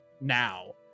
now